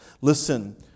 Listen